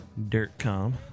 Dirtcom